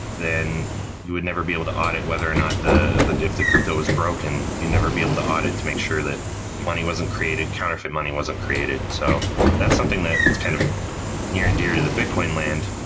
then you would never be able to audit whether or not the the if the crypto is broken, you'll never be able to audit to make sure that money wasn't created counterfeit money wasn't created so that's something that is kind of near and dear to the bitcoin land.